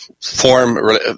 form